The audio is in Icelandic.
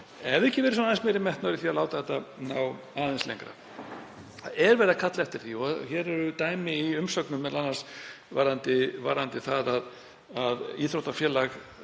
ekki verið aðeins meiri metnaður í því að láta þetta ná aðeins lengra. Það er verið að kalla eftir því og hér eru dæmi í umsögnum, m.a. varðandi það að íþróttafélag